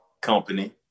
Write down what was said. company